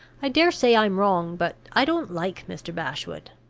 i dare say i'm wrong but i don't like mr. bashwood.